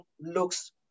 looks